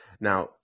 Now